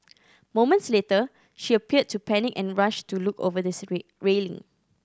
moments later she appeared to panic and rushed to look over the railing